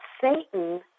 Satan